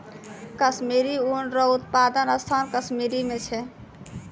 कश्मीरी ऊन रो उप्तादन स्थान कश्मीर मे छै